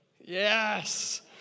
Yes